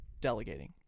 delegating